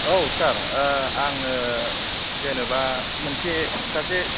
औ सार आङो जेनेबा मोनसे सासे